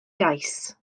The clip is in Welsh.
gais